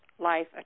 life